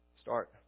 start